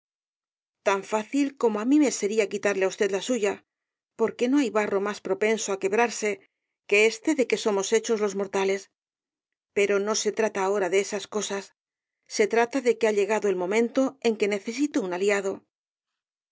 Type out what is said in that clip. tan fácil como á mí me sería quitarle á usted la suya porque no hay barro más propenso á quebrarse que este de que somos hechos los mortales pero no se trata ahora de esas cosas se trata de que ha llegado el momento en que necesito un aliado